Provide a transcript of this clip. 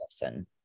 person